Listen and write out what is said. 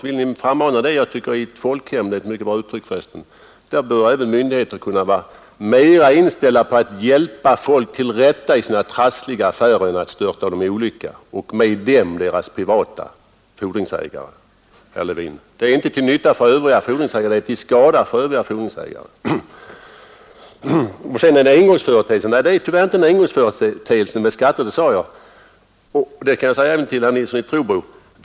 I ett folkhem — det är förresten ett mycket bra uttryck — bör myndigheterna vara mera inställda på att hjälpa folk till rätta i deras trassliga affärer än att störta dem i olycka och med dem deras privata fordringsägare, Det är, herr Levin, inte till nytta utan till skada för övriga fordringsägare. Det har sagts att det inte är en engångsföreteelse. Nej, tyvärr är inte skatterna en engångsföreteelse. Det sade jag förut och det kan jag säga även till herr Nilsson i Trobro.